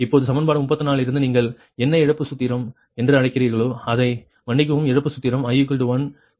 இப்போது சமன்பாடு 34 இலிருந்து நீங்கள் என்ன இழப்பு சூத்திரம் என்று அழைக்கிறீர்களோ அதை மன்னிக்கவும் இழப்பு சூத்திரம் i 1 k 2